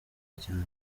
cyane